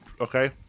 Okay